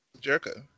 Jericho